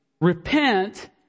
Repent